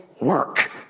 work